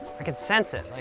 i can sense it, like.